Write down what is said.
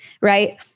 right